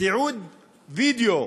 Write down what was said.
"תיעוד וידיאו: